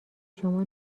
شما